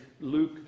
Luke